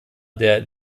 der